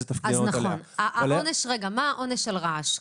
מה העונש על רעש?